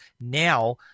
Now